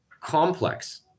complex